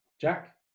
Jack